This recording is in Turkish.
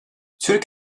türk